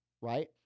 right